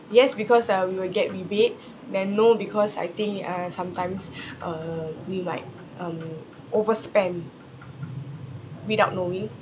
yes because uh we will get rebates then no because I think uh sometimes uh we might um overspend without knowing